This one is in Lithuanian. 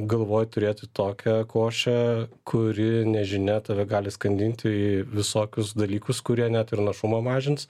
galvoj turėti tokią košę kuri nežinia tave gali skandinti į visokius dalykus kurie net ir našumą mažins